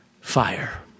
fire